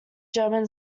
german